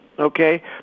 Okay